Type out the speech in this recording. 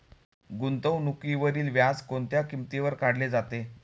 गुंतवणुकीवरील व्याज कोणत्या किमतीवर काढले जाते?